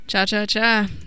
cha-cha-cha